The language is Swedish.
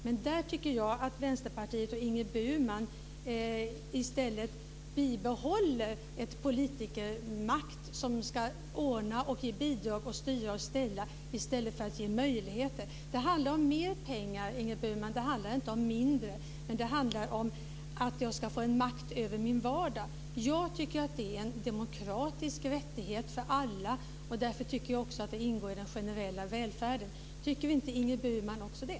Jag tycker att Vänsterpartiet och Ingrid Burman i stället bibehåller en politikermakt som ska ordna, ge bidrag och styra och ställa i stället för att ge möjligheter. Det handlar om mer pengar, Ingrid Burman - det handlar inte om mindre. Men det handlar om att få makt över sin vardag. Jag tycker att det är en demokratisk rättighet för alla, och därför tycker jag också att det ingår i den generella välfärden. Tycker inte Ingrid Burman också det?